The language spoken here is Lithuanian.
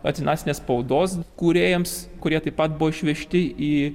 antinacinės spaudos kūrėjams kurie taip pat buvo išvežti į